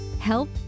Help